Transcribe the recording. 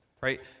right